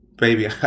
Baby